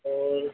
और